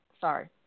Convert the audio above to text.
sorry